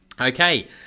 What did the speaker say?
Okay